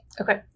Okay